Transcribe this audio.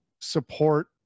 support